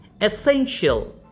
essential